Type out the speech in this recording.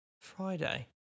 Friday